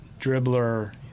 dribbler